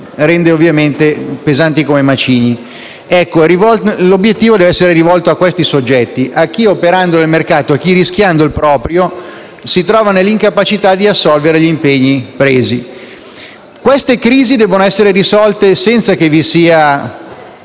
instabile rende pesanti come macigni. L'obiettivo deve essere rivolto a questi ultimi soggetti che operano nel mercato e che, rischiando in proprio, si trovano nell'incapacità di assolvere agli impegni presi. Queste crisi devono essere risolte senza che vi sia